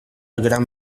gran